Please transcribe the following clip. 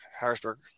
Harrisburg